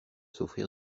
souffrir